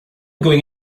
going